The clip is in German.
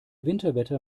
winterwetter